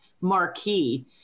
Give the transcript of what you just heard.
marquee